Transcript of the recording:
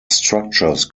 structures